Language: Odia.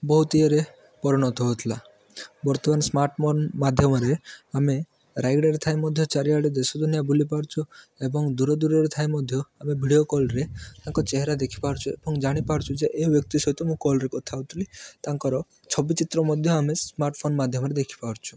ବହୁତ ଇଏରେ ପରିଣତ ହେଉଥିଲା ବର୍ତ୍ତମାନ ସ୍ମାର୍ଟଫୋନ୍ ମାଧ୍ୟମରେ ଆମେ ରାୟଗଡ଼ାରେ ଥାଇ ମଧ୍ୟ ଚାରିଆଡ଼େ ଦେଶ ଦୁନିଆ ବୁଲିପାରୁଛୁ ଏବଂ ଦୂରଦୂରରୁ ଥାଇ ମଧ୍ୟ ଆମେ ଭିଡ଼ିଓ କଲ୍ରେ ତାଙ୍କ ଚେହରା ଦେଖିପାରୁଛୁ ଏବଂ ଜାଣିପାରୁଛୁ ଯେ ଏହି ବ୍ୟକ୍ତି ସହିତ ମୁଁ କଲ୍ରେ କଥା ହେଉଥିଲି ତାଙ୍କର ଛବି ଚିତ୍ର ମଧ୍ୟ ଆମେ ସ୍ମାର୍ଟଫୋନ୍ ମାଧ୍ୟମରେ ଦେଖିପାରୁଛୁ